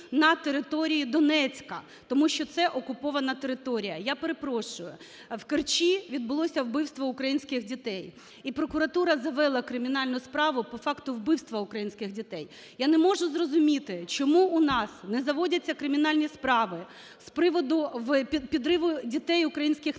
на території Донецька, тому що це окупована територія. Я перепрошую, в Керчі відбулося вбивство українських дітей. І прокуратура завела кримінальна справу по факту вбивства українських дітей. Я не можу зрозуміти, чому у нас не заводяться кримінальні справи з приводу підриву дітей українських на міні